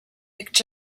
mick